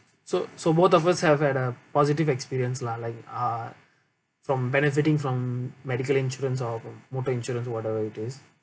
so so both of us have had a positive experience lah like uh from benefiting from medical insurance or motor insurance whatever it is